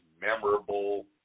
memorable